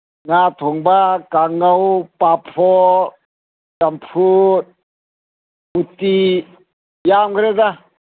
ꯉꯥ ꯊꯣꯡꯕ ꯀꯥꯡꯉꯧ ꯄꯥꯐꯣꯔ ꯆꯝꯐꯨꯠ ꯎꯠꯇꯤ ꯌꯥꯝꯈ꯭ꯔꯦꯗ